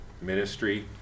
ministry